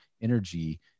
energy